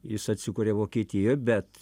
jis atsikuria vokietijoj bet